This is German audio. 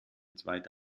zweite